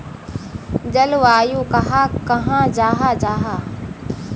जलवायु कहाक कहाँ जाहा जाहा?